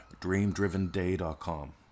dreamdrivenday.com